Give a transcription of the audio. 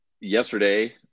yesterday